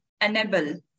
enable